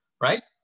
Right